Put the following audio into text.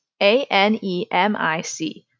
A-N-E-M-I-C